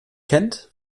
kennt